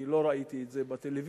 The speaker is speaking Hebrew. אני לא ראיתי את זה בטלוויזיה,